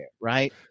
right